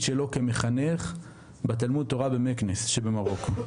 שלו כמחנך בתלמוד תורה במקנס שבמרוקו: